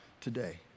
today